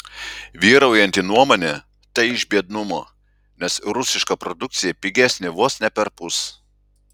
vyraujanti nuomonė tai iš biednumo nes rusiška produkcija pigesnė vos ne perpus